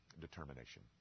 determination